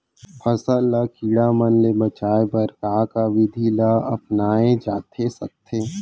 फसल ल कीड़ा मन ले बचाये बर का का विधि ल अपनाये जाथे सकथे?